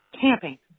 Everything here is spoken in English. Camping